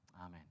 amen